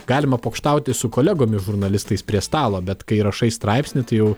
galima pokštauti su kolegomis žurnalistais prie stalo bet kai rašai straipsnį tai jau